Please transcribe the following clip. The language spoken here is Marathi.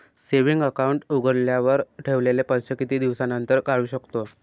सेविंग अकाउंट उघडल्यावर ठेवलेले पैसे किती दिवसानंतर काढू शकतो?